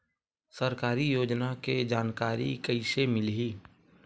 सरकारी योजना के जानकारी कइसे मिलही?